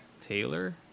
Taylor